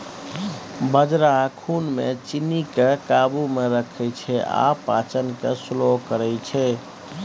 बजरा खुन मे चीन्नीकेँ काबू मे रखै छै आ पाचन केँ स्लो करय छै